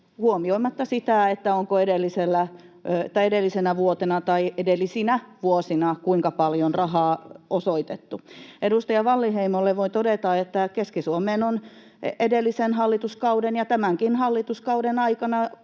huomioimatta sitä, onko edellisenä vuotena tai edellisinä vuosina kuinka paljon rahaa osoitettu. Edustaja Wallinheimolle voin todeta, että Keski-Suomeen on edellisen hallituskauden ja tämänkin hallituskauden aikana satoja